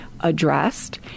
addressed